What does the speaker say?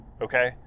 Okay